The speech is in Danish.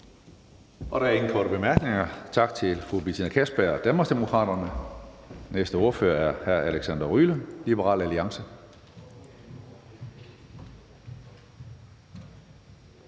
Der er ingen korte bemærkninger. Tak til fru Betina Kastbjerg, Danmarksdemokraterne. Næste ordfører er hr. Alexander Ryle, Liberal Alliance.